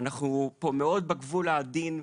אנחנו פה מאוד בגבול העדין.